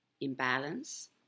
imbalance